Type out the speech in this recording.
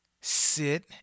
sit